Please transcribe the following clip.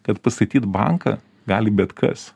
kad pastatyt banką gali bet kas